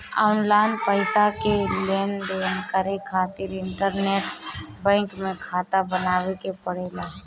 online पईसा के लेनदेन करे खातिर इंटरनेट बैंकिंग में खाता बनावे के पड़ेला